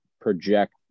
project